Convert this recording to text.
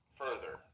further